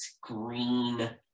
green